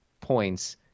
points